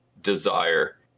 desire